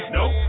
Nope